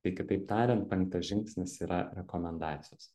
tai kitaip tariant penktas žingsnis yra rekomendacijos